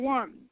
one